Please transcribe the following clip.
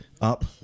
up